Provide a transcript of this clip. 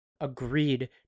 agreed